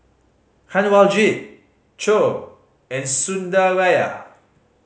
Kanwaljit Choor and Sundaraiah